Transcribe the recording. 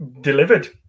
delivered